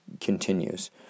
continues